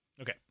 Okay